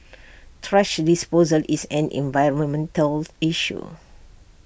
thrash disposal is an environmental issue